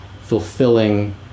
fulfilling